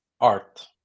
art